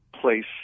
place